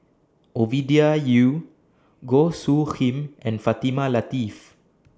Ovidia Yu Goh Soo Khim and Fatimah Lateef